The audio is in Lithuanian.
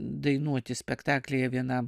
dainuoti spektaklyje vienam